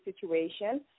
situation